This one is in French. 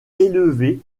élevées